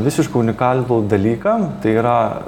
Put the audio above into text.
visiškai unikalų dalyką tai yra